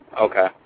Okay